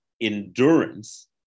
endurance